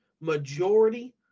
majority